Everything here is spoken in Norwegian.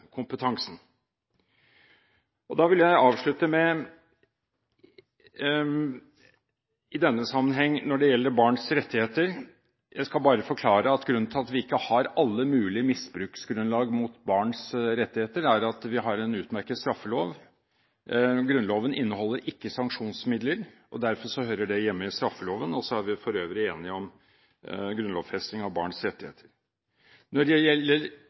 Da vil jeg avslutte med – i denne sammenheng, som gjelder barns rettigheter – å forklare at grunnen til at vi ikke har alle mulige misbruksgrunnlag mot barns rettigheter, er at vi har en utmerket straffelov. Grunnloven inneholder ikke sanksjonsmidler, og derfor hører det hjemme i straffeloven, og for øvrig er vi enige om grunnlovfesting av barns rettigheter. Når det gjelder